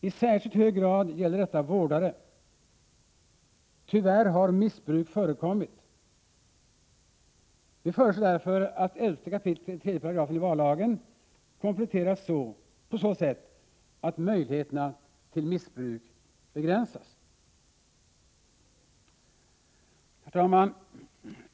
I särskilt hög grad gäller detta vårdare. Tyvärr = Tj... har missbruk förekommit. Vi föreslår därför att 11 kap. 3§ vallagen kompletteras på så sätt att möjligheterna till missbruk begränsas. Herr talman!